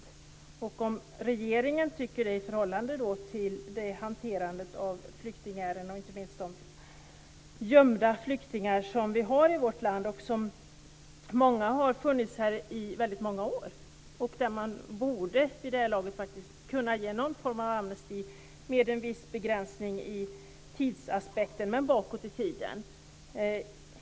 Jag undrar som regeringen tycker det i förhållande till hanterandet av flyktingärenden, och då inte minst i förhållande till de gömda flyktingar som vi har i vårt land. Många har funnits här i väldigt många år. Man borde vid det här laget kunna ge någon form av amnesti, med en viss begränsning sett till tidsaspekten, bakåt i tiden.